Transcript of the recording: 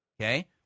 Okay